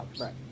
Right